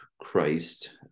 Christ